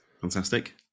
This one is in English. fantastic